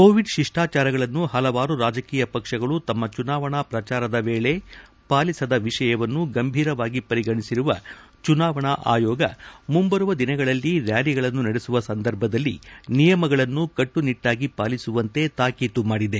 Covid ಶಿಷ್ಟಾಚಾರಗಳನ್ನು ಹಲವಾರು ರಾಜಕೀಯ ಪಕ್ಷಗಳು ತಮ್ಮ ಚುನಾವಣಾ ಪ್ರಚಾರದ ವೇಳೆ ಪಾಲಿಸದ ವಿಷಯವನ್ನು ಗಂಭೀರವಾಗಿ ಪರಿಗಣಿಸಿರುವ ಚುನಾವಣಾ ಆಯೋಗ ಮುಂಬರುವ ದಿನಗಳಲ್ಲಿ ರ್ನಾಲಿಗಳನ್ನು ನಡೆಸುವ ಸಂದರ್ಭದಲ್ಲಿ ನಿಯಮಗಳನ್ನು ಕಟ್ಟುನಿಟ್ಡಾಗಿ ಪಾಲಿಸುವಂತೆ ತಾಕೀತು ಮಾಡಿದೆ